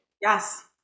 Yes